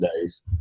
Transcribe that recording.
days